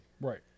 Right